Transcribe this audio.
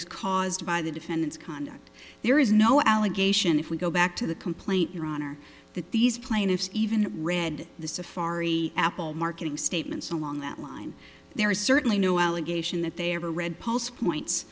is caused by the defendant's conduct there is no allegation if we go back to the complaint your honor that these plaintiffs even read the safari apple marketing statements along that line there is certainly no allegation that they ever read post points